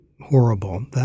horrible